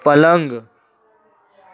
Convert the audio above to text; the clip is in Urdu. پلنگ